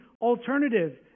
alternative